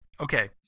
Okay